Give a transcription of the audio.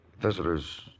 Visitors